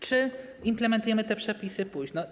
Czy implementujemy te przepisy późno?